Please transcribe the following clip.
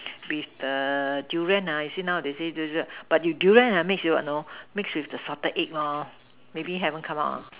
with the Durian ah you see nowadays they say the the but if Durian mix with what you know mix with the salted egg lor maybe haven't come out uh